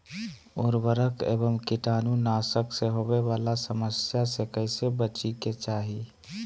उर्वरक एवं कीटाणु नाशक से होवे वाला समस्या से कैसै बची के चाहि?